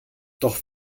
doch